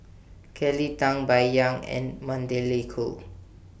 Kelly Tang Bai Yan and Magdalene Khoo